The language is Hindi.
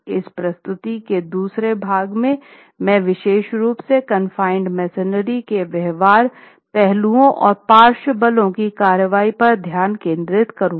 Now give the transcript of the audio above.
इस प्रस्तुति के दूसरे भाग में मैं विशेष रूप से कानफाइनेड मेसनरी के व्यवहार पहलुओं और पार्श्व बलों की कार्रवाई पर ध्यान केंद्रित करूँगा